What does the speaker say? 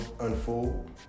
unfold